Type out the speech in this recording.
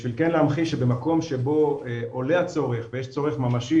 בשביל כן להמחיש במקום שבו עולה הצורך ויש צורך ממשי